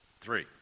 Three